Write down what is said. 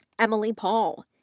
emily paul,